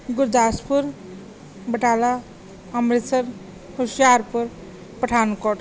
Gurdaspur Batala Amritsar Hoshiarpur Pathankot